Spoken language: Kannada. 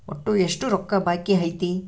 ಒಟ್ಟು ಎಷ್ಟು ರೊಕ್ಕ ಬಾಕಿ ಐತಿ?